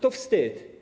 To wstyd.